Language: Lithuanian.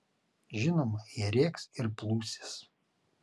žinoma jie rėks ir plūsis